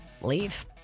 Leave